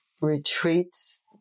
retreats